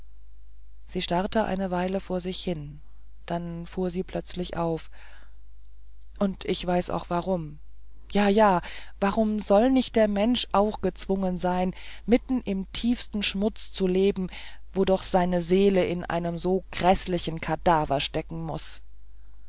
sie starrte eine weile vor sich hin dann fuhr sie plötzlich auf und ich weiß auch warum jaja warum soll nicht der mensch auch gezwungen sein mitten im tiefsten schmutz zu leben wo doch seine seele in einem so gräßlichen kadaver stecken muß